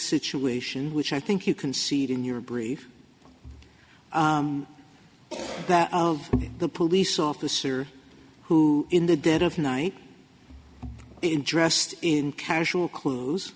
situation which i think you can see it in your brief that of the police officer who in the dead of night and dressed in casual cl